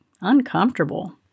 uncomfortable